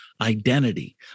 identity